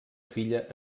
filla